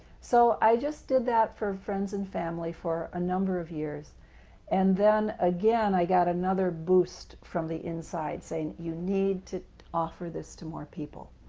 so i just did that for friends and family for a number of years and then again i got another boost from the inside saying, you need to offer this to more people,